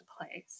place